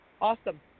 awesome